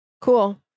Cool